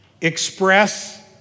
express